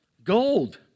Gold